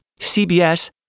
CBS